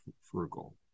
frugal